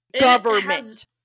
government